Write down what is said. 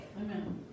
Amen